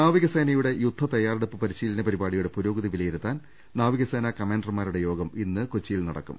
നാവിക സേനയുടെ യുദ്ധ തയാറെടുപ്പ് പരിശീലന പരിപാടിയുടെ പുരോഗതി വിലയിരുത്താൻ നാവിക സേനാ കമാൻഡർമാരുടെ യോഗം ഇന്ന് കൊച്ചിയിൽ നടക്കും